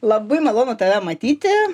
labai malonu tave matyti